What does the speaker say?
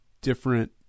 different